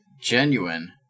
genuine